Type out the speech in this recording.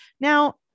Now